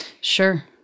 sure